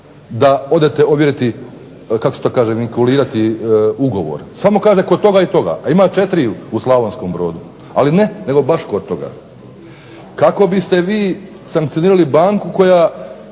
da odete ovjeriti kako se to kaže … /Govornik se ne razumije./… ugovor. Samo kaže kod toga i toga. A ima 4 u Slavonskom Brodu, ali ne nego baš kod toga. Kako biste vi sankcionirali banku koja